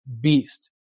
beast